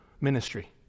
Ministry